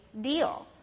deal